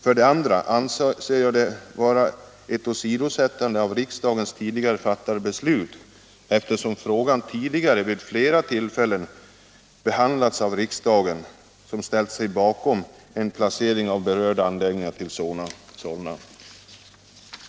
För det andra syftar jag på att det enligt min mening var fråga om ett åsidosättande av riksdagens tidigare fattade beslut, eftersom frågan förut vid flera tillfällen behandlats av riksdagen, som då ställt sig bakom en placering av berörda anläggningar i Solna.